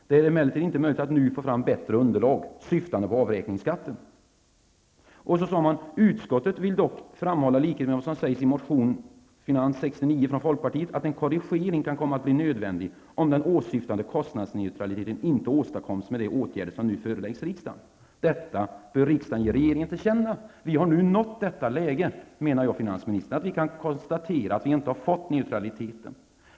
Det är emellertid inte möjligt att nu få fram bättre underlag -- syftande på avräkningsskatten. Vidare sade man: Utskottet vill dock framhålla likheten med vad som sägs i motion Fi69 från folkpartiet, att en korrigering kan komma att bli nödvändig om den åsyftade kostnadsneutraliteten inte åstadkoms med de åtgärder som nu föreläggs riksdagen. Detta bör riksdagen ge regeringen till känna. Vi har nu nått detta läge, menar jag, finansministern, att vi kan konstatera att vi inte har fått den neutraliteten.